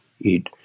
eat